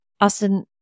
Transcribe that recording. Austin